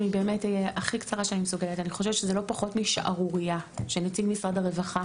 אני חושבת שזה לא פחות משערורייה שנציג משרד הרווחה